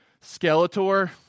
Skeletor